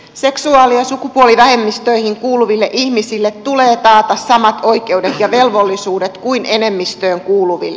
seksuaali ja sukupuolivähemmistöihin kuuluville ihmisille tulee taata samat oikeudet ja velvollisuudet kuin enemmistöön kuuluville